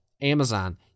Amazon